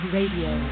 Radio